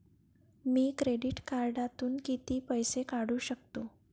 मी credit कार्डातून किती पैसे काढू शकतो?